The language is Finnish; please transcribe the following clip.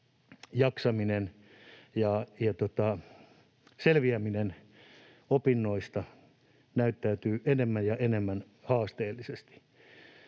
jaksaminen ja selviäminen opinnoista näyttäytyy enemmän ja enemmän haasteellisena.